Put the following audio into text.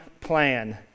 plan